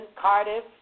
Cardiff